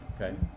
Okay